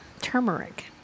turmeric